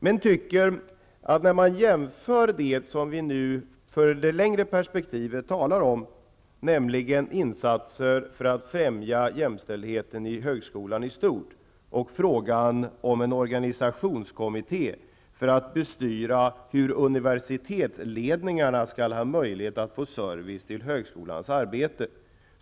Jag tycker att man skall jämföra det vi i det längre perspektivet talar om, nämligen insatser för att främja jämställdheten i högskolan i stort och frågan om en organisationskommitté för att bestyra hur universitetsledningarna skall få möjlighet att få service till högskolans arbete.